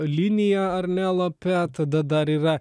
linija ar ne lape tada dar yra